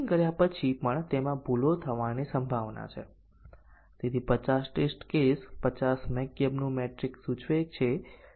પ્રથમ ચાલો આપણે એક ખૂબ સરળ ઉદાહરણ જોઈએ આપણે MCDC ટેસ્ટીંગ ના કેસોની રચના કેવી રીતે કરીએ છીએ